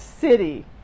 city